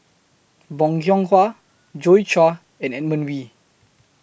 Bong Hiong Hwa Joi Chua and Edmund Wee